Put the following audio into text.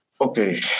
Okay